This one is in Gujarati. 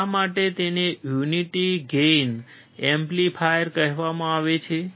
શા માટે તેને યુનિટી ગેઇન એમ્પ્લીફાયર પણ કહેવામાં આવે છે